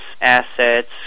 assets